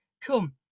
come